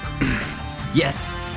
Yes